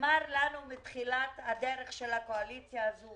נאמר לנו מתחילת הדרך של הקואליציה הזו